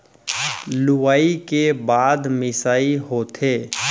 लुवई के बाद मिंसाई होथे